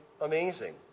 amazing